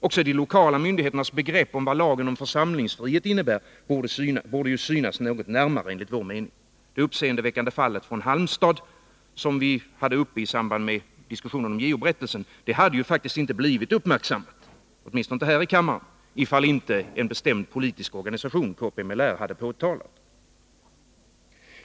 Också de lokala myndigheternas begrepp om vad lagen om församlingsfrihet innebär borde synas något närmare, enligt vår uppfattning. Det uppseendeväckande fallet från Halmstad, som vi hade uppe i samband med diskussionen om JO-berättelsen, hade ju inte blivit uppmärksammat — åtminstone inte här i kammaren =— ifall inte kpml hade påtalat det. Fru talman!